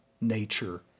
nature